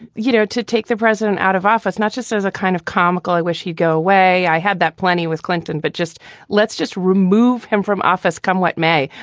you know, to take the president out of office, not just as a kind of comical, i wish he'd go away. i had that plenty with clinton. but just let's just remove him from office come what may.